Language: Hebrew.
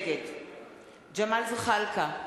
נגד ג'מאל זחאלקה,